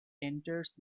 enters